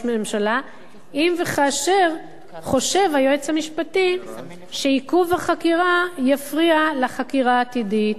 ממשלה אם וכאשר חושב היועץ המשפטי שעיכוב החקירה יפריע לחקירה העתידית,